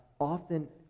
often